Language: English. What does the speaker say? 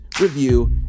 review